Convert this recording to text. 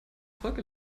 folge